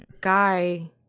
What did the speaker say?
guy